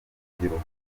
rubyiruko